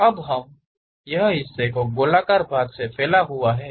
अब यह हिस्सा उस गोलाकार भाग से फैला हुआ है